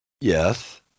Yes